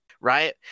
Right